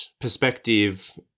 perspective